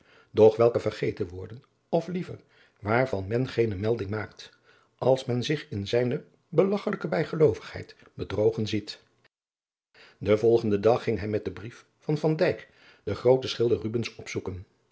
doch welke vergeten worden of liever waarvan men geene melding maakt als men zich in zijne belagchelijke bijgeloovigheid bedrogen ziet den volgenden dag ging hij met den brief van van dijk den grooten schilder rubbens opzoeken